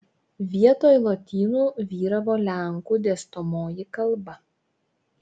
vietoj lotynų vyravo lenkų dėstomoji kalba